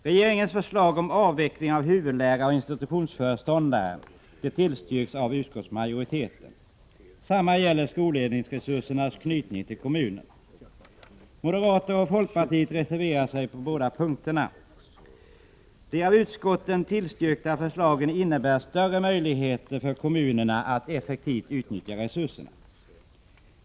Regeringens förslag om avveckling av huvudlärare och institutionsföreståndare tillstyrks av utskottsmajoriteten. Samma gäller skolledningsresursernas knytning till kommunerna. Moderater och folkpartister reserverar sig på båda punkterna. De av utskottet tillstyrkta förslagen innebär större möjligheter för kommunerna att effektivt utnyttja resurserna.